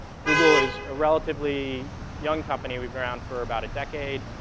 google is a relatively young company. we've been around for about a decade,